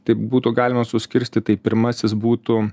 tai būtų galima suskirstyt tai pirmasis būtų